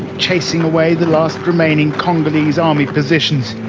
chasing away the last remaining congolese army positions.